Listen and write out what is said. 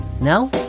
Now